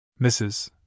Mrs